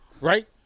right